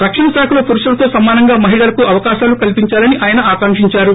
రక్షణ శాఖలో పురుషులతో సమానంగా మహిళలకు అవకాశాలు కల్సించాలని ఆయన ఆకాంక్షించారు